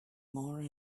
more